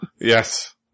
Yes